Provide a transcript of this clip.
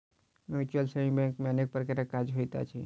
mutual saving bank मे अनेक प्रकारक काज होइत अछि